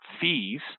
fees